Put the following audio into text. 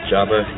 Java